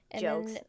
Jokes